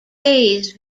phase